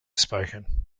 spoken